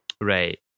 Right